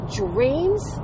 dreams